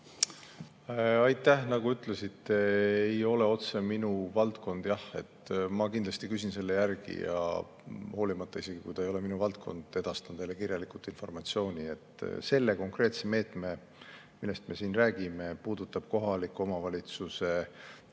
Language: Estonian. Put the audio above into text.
Aitäh! Nagu ütlesite, see ei ole otseselt minu valdkond. Ma kindlasti küsin järgi ja hoolimata isegi sellest, et see ei ole minu valdkond, edastan teile kirjaliku informatsiooni. See konkreetne meede, millest me siin räägime, puudutab kohaliku omavalitsuse toetuse